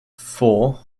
four